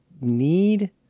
need